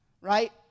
right